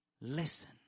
listen